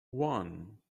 one